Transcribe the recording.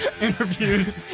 interviews